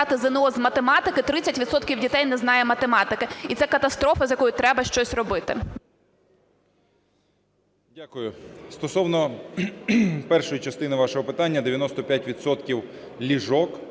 Дякую. Стосовно першої частини вашого питання. 95 відсотків